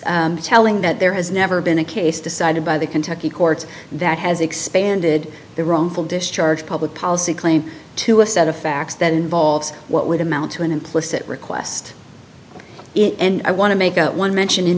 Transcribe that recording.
it's telling that there has never been a case decided by the kentucky courts that has expanded the wrongful discharge public policy claim to a set of facts that involves what would amount to an implicit request it and i want to make one mention in